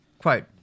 Quote